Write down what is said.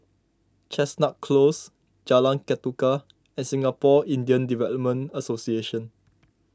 Chestnut Close Jalan Ketuka and Singapore Indian Development Association